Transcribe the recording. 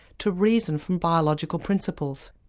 to reason from biological principles.